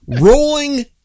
rolling